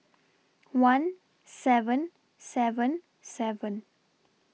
one seven seven seven